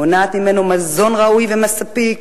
מונעת ממנו מזון ראוי ומספיק,